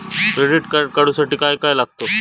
Credit card काढूसाठी काय काय लागत?